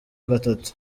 gatatu